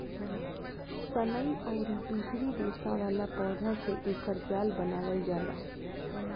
सनई अउरी दूसरी रेसा वाला पौधा से एकर जाल बनावल जाला